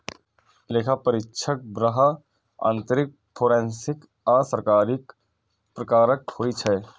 लेखा परीक्षक बाह्य, आंतरिक, फोरेंसिक आ सरकारी प्रकारक होइ छै